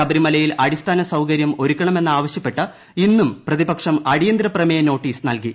ശബരിമലയിൽ കൃഷ്ണൂടിസ്ഥാന സൌകര്യം ഒരുക്കണമെന്നാവശ്യപ്പെട്ട് ഇന്നും ൃദ്ധ്തിപ്പക്ഷം അടിയന്തര പ്രമേയ നോട്ടീസ് നൽകി